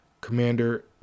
Commander